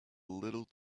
little